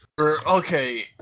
Okay